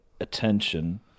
attention